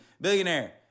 billionaire